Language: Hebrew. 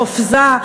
בחופזה,